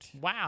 Wow